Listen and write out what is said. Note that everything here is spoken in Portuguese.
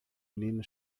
menino